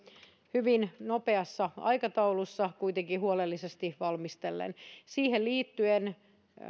hyvin nopeassa aikataulussa kuitenkin huolellisesti valmistellen siihen liittyen